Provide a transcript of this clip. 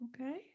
okay